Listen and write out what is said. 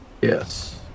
Yes